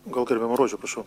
gal gerbiama rožė prašau